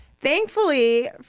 Thankfully